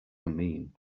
mean